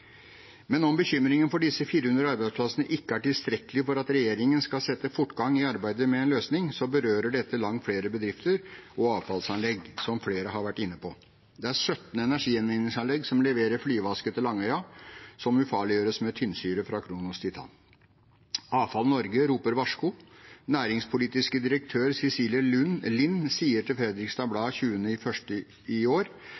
Men om bekymringen for disse 400 arbeidsplassene ikke er tilstrekkelig for at regjeringen skal sette fortgang i arbeidet med en løsning: Dette berører langt flere bedrifter og avfallsanlegg, som flere har vært inne på. Det er 17 energigjenvinningsanlegg som leverer flyveaske til Langøya som ufarliggjøres med tynnsyre fra Kronos Titan. Avfall Norge roper varsko. Næringspolitisk direktør Cecilie Lind sier til Fredriksstad Blad den 20. januar i år